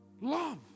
Love